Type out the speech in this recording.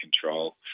control